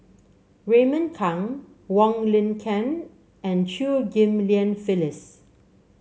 Raymond Kang Wong Lin Ken and Chew Ghim Lian Phyllis